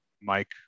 Mike